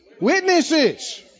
witnesses